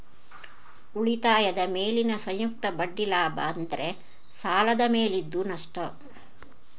ಉಳಿತಾಯದ ಮೇಲಿನ ಸಂಯುಕ್ತ ಬಡ್ಡಿ ಲಾಭ ಆದ್ರೆ ಸಾಲದ ಮೇಲಿದ್ದು ನಷ್ಟ